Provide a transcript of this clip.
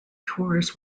tours